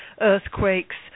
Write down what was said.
earthquakes